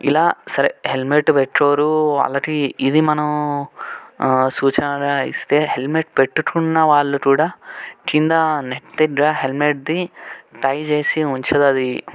ఇలా సరే హెల్మెట్ పెట్టుకోరు వాళ్ళకి ఇది మనం సూచనలుగా ఇస్తే హెల్మెట్ పెట్టుకున్న వాళ్ళు కూడా క్రింద నెక్ దగ్గర హెల్మెట్ది టై చేసి ఉంచుతుంది